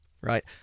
right